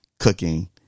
Cooking